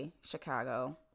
Chicago